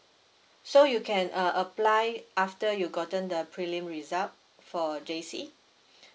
so you can uh apply after you gotten the prelim result for J_C